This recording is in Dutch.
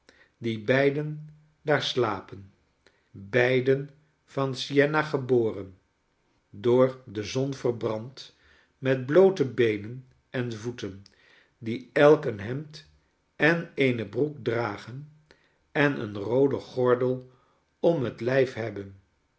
die beiden daarslapen beiden van sienna geboren door de zon verbrand met bloote beenen en voeten die elk een hemd en eene broek dragen en een rooden gordel om het liif hebben